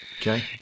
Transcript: Okay